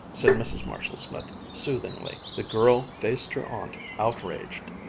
said mrs. marshall-smith soothingly. the girl faced her aunt outraged.